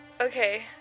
Okay